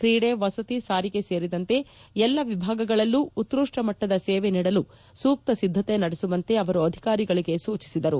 ಕ್ರೀಡೆ ವಸತಿ ಸಾರಿಗೆ ಸೇರಿದಂತೆ ಎಲ್ಲ ವಿಭಾಗದಲ್ಲೂ ಉತ್ಕೃಷ್ಟ ಮಟ್ಟದ ಸೇವೆ ನೀಡಲು ಸೂತ್ತ ಸಿದ್ಧತೆ ನಡೆಸುವಂತೆ ಅವರು ಅಧಿಕಾರಿಗಳಿಗೆ ಸೂಚಿಸಿದರು